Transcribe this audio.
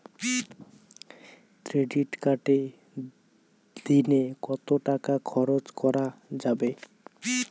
Credit কার্ডে দিনে কত টাকা খরচ করা যাবে?